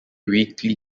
weakly